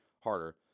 harder